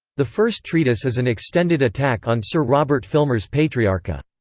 the first treatise is an extended attack on sir robert filmer's patriarcha.